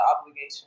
obligation